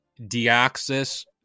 Deoxys